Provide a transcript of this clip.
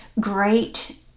great